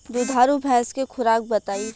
दुधारू भैंस के खुराक बताई?